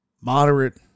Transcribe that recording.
moderate